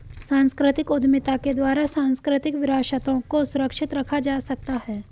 सांस्कृतिक उद्यमिता के द्वारा सांस्कृतिक विरासतों को सुरक्षित रखा जा सकता है